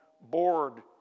board